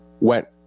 went